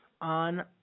on